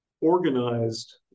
organized